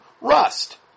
rust